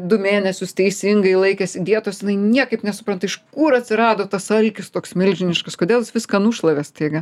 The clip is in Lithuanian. du mėnesius teisingai laikėsi dietos jinai niekaip nesupranta iš kur atsirado tas alkis toks milžiniškas kodėl jis viską nušlavė staiga